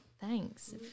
thanks